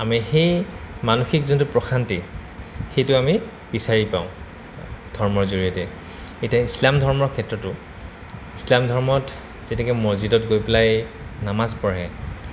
আমি সেই মানসিক যোনটো প্ৰশান্তি সেইটো আমি বিচাৰি পাওঁ ধৰ্মৰ জৰিয়তে এতিয়া ইছলাম ধৰ্মৰ ক্ষেত্ৰতো ইছলাম ধৰ্মত যেনেকে মছজিদত গৈ পেলাই নামাজ পঢ়ে